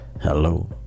hello